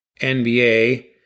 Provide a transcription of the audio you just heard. NBA